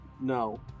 no